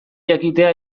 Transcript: jakitea